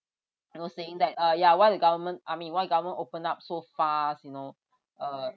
you know saying that uh yeah why the government I mean why government open up so fast you know uh